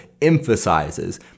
emphasizes